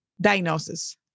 diagnosis